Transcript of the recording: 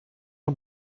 una